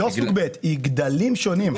היא לא סוג ב', היא גדלים שונים.